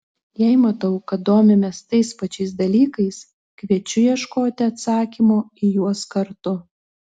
jei matau kad domimės tais pačiais dalykais kviečiu ieškoti atsakymo į juos kartu